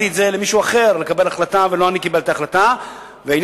למישהו אחר, ולא אני קיבלתי החלטות בנושא הזה.